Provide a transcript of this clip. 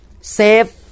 save